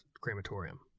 crematorium